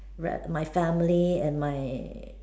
ra~ my family and my